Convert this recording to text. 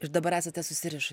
ir dabar esate susirišus